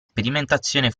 sperimentazione